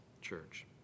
church